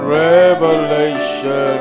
revelation